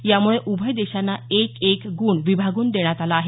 यामुळे उभय देशांना एक एक गुण विभागून देण्यात आला आहे